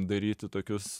daryti tokius